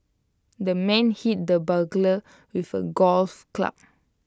the man hit the burglar with A golf club